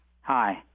Hi